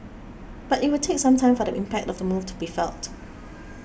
but it will take some time for the impact of the move to be felt